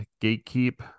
gatekeep